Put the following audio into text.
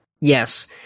Yes